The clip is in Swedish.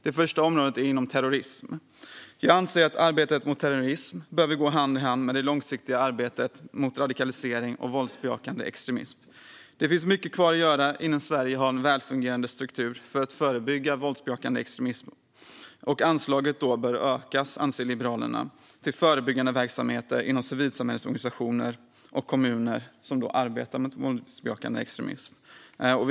Det första området är terrorism. Jag anser att arbetet mot terrorism behöver gå hand i hand med det långsiktiga arbetet mot radikalisering och våldsbejakande extremism. Det finns mycket kvar att göra innan Sverige har en välfungerande struktur för att förebygga våldsbejakande extremism. Anslaget bör ökas till förebyggande verksamheter inom civilsamhällesorganisationer och kommuner som arbetar mot våldsbejakande extremism, anser Liberalerna.